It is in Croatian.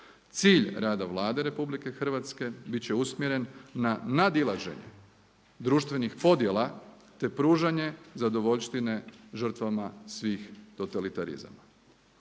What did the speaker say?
Cilj rada Vlade RH bit će usmjeren nad nadilaženje društvenih podjela te pružanje zadovoljštine žrtvama svih totalitarizama.